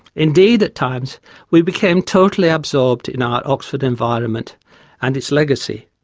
indeed, at times we became totally absorbed in our oxford environment and its legacy,